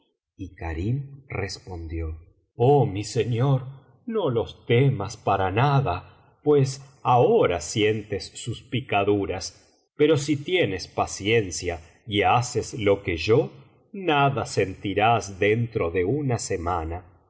y karim respondió oh mi señor no los teínas para nada pues ahora sientes sus picaduras pero si tienes paciencia y haces lo que yo nada sentirás dentro de una semana